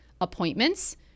appointments